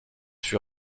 fut